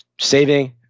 saving